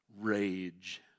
rage